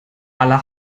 aller